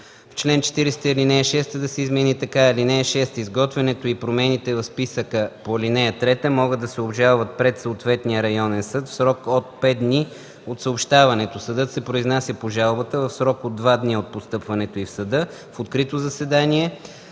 в чл. 40 ал. 6 да се измени така: „(6) Изготвянето и промените в списъка по ал. 3 могат да се обжалват пред съответния районен съд в срок от 5 дни от съобщаването. Съдът се произнася по жалбата в срок от два дни от постъпването й в съда в открито заседание